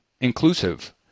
Inclusive